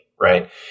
Right